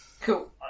Cool